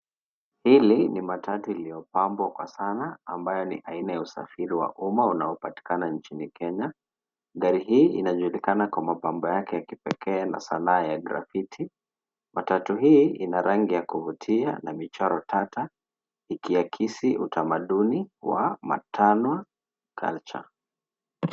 Hili ni matatu iliyopambwa kwa sana ambayo ni usafiri wa umma unaopatikana nchini Kenya. Gari hii inajulikana kwa mapambo yake ya kipekee na sanaa ya grafiti. Matatu hii ina rangi ya kuvutia na michoro tata ikiakisi utamaduni wa matano culture .